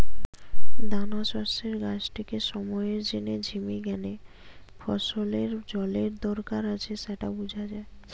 দানাশস্যের গাছটিকে সময়ের জিনে ঝিমি গ্যানে ফসলের জলের দরকার আছে স্যাটা বুঝা যায়